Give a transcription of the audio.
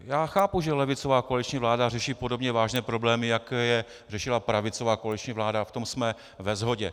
Já chápu, že levicová koaliční vláda řeší podobně vážné problémy, jaké řešila pravicová koaliční vláda, v tom jsme ve shodě.